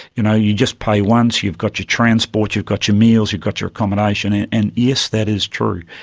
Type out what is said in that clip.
you know you just pay once you've got your transport, you've got your meals, you've got your accommodation and yes, that is true.